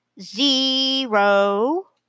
zero